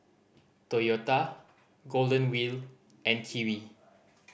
Toyota Golden Wheel and Kiwi